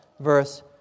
verse